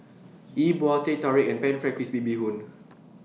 E Bua Teh Tarik and Pan Fried Crispy Bee Hoon